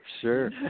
sure